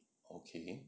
okay